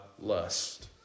lust